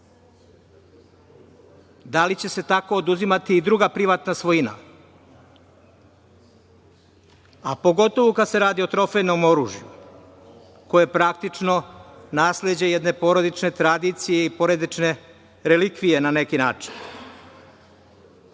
Da li će se tako oduzimati i druga privatna svojina, a pogotovo kada se radi o trofejnom oružju koje je praktično nasleđe jedne porodične tradicije i porodične relikvije, na neki način? To